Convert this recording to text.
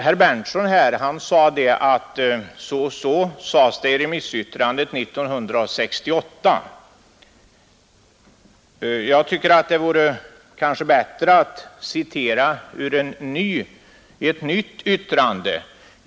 Herr Berndtson nämnde att så och så sades det i remissyttrandet år 1968. Jag tycker det vore bättre att citera ur en färskare handling.